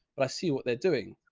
but i see what they're doing.